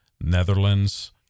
Netherlands